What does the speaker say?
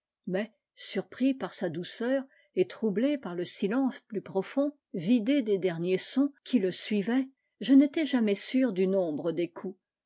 mais surpris par sa douceur et troublé par le silence plus profond vidé des derniers sons qui le suivait je n'étais jamais sûr du nombre des coups